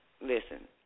listen